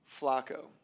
Flacco